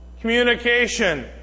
Communication